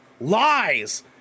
lies